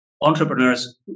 entrepreneurs